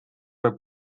võib